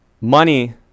money